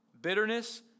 bitterness